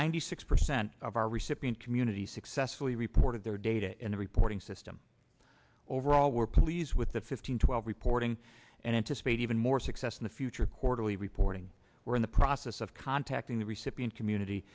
ninety six percent of our recipient community successfully reported their data in the reporting system overall we're pleased with the fifteen twelve reporting and anticipate even more success in the future quarterly reporting we're in the process of contacting the recipient community